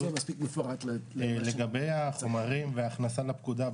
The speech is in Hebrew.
לגבי החומרים והכנסה לפקודה,